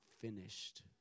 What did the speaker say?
finished